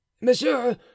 Monsieur